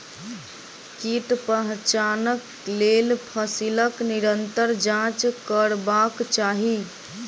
कीट पहचानक लेल फसीलक निरंतर जांच करबाक चाही